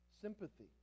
sympathy